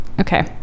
okay